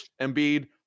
Embiid